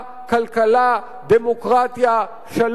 כלכלה, דמוקרטיה, שלום.